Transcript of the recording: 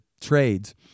trades